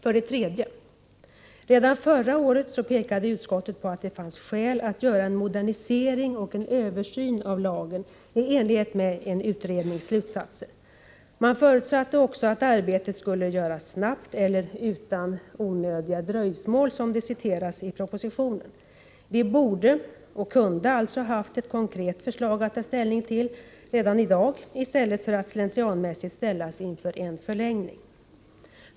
För det tredje: Redan förra året pekade utskottet på att det finns skäl att göra en modernisering och en översyn av lagen i enlighet med en utrednings slutsatser. Utskottet förutsatte också att arbetet skulle göras snabbt, eller ”utan onödigt dröjsmål”, som det citeras i propositionen. Vi kunde, och borde, redan i dag ha haft ett konkret förslag att diskutera, i stället för att slentrianmässigt möta kravet på en förlängning.